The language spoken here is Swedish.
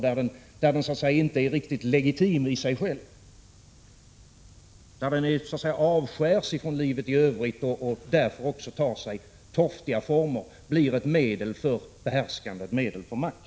Den är så att säga inte riktigt legitim i sig själv. Den avskärs från livet i övrigt och tar sig därför torftiga former och blir ett medel för behärskande och ett medel för makt.